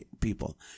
people